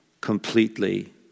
completely